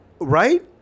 Right